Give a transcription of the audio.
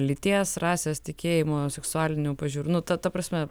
lyties rasės tikėjimo seksualinių pažiūrų nu ta ta prasme